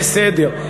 בסדר.